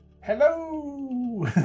hello